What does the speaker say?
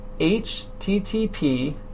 http